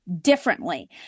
differently